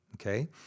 okay